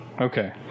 Okay